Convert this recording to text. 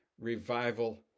revival